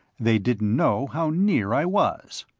they didn't know how near i was.